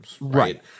Right